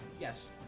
Yes